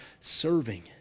serving